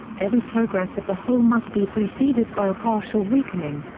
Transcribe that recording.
every progress of the whole must be preceded by a partial weakening.